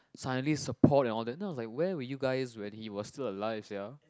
suddenly support and all that then I was like where were you guys when he was still alive sia